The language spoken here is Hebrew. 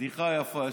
בדיחה יפה,